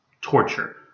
torture